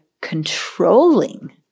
controlling